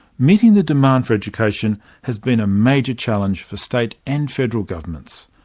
meeting the demand for education has been a major challenge for state and federal governments.